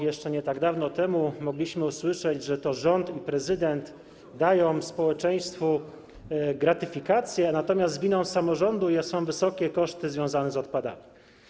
Jeszcze nie tak dawno temu mogliśmy usłyszeć, że to rząd i prezydent dają społeczeństwu gratyfikację, natomiast winą samorządu są wysokie koszty związane z odpadami.